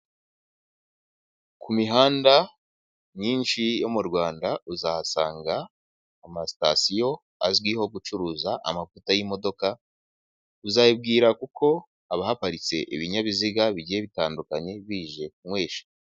Ku mihanda myinshi yo mu Rwanda uzahasanga amasitasiyo azwiho gucuruza amavuta y'imodoka, uzayibwira kuko haba habaparitse ibinyabiziga bigiye bitandukanye bije kunywesha.